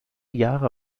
jahre